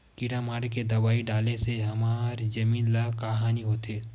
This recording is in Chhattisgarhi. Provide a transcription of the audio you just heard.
किड़ा मारे के दवाई डाले से हमर जमीन ल का हानि होथे?